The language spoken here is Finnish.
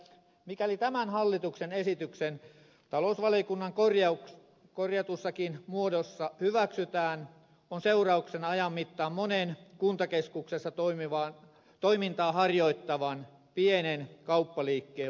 mikäli tämä hallituksen esitys talousvaliokunnan korjatussakin muodossa hyväksytään on seurauksena ajan mittaan monen kuntakeskuksessa toimintaa harjoittavan pienen kauppaliikkeen lopettaminen